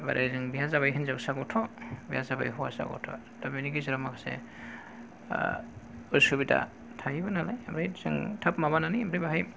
ओरै बेहा जाबाय हिन्जावसा गथ' बेहा जाबाय हौवासा गथ' दा बेनि गेजेराव माखासे ओ उसुबिदा थायोबो नालाय ओमफ्राय जों थाब माबानानै ओमफ्राय बाहाय